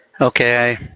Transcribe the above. Okay